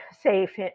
safe